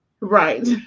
right